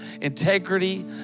integrity